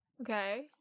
Okay